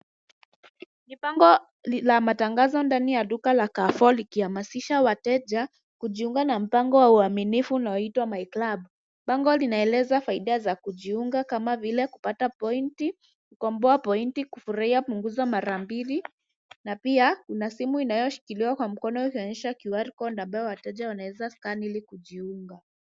Ni bango la matangazo ndani ya duka la CarreFour likihamasisha wateja kujiunga na mpango wa uaminifu unaoitwa My Club . Bango linaeleza faida za kujiunga kama vile kupata pointi, kukomboa pointi, kufurahia punguzo mara mbili na pia kuna simu inayoshikiliwa kwa mkono, ikionyesha QR Code ambayo wateja wanaweza scan ilikujiunga.